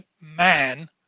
man